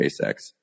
SpaceX